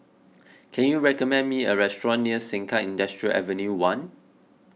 can you recommend me a restaurant near Sengkang Industrial Avenue one